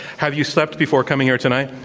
have you slept before coming here tonight?